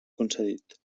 concedit